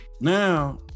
now